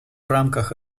рамках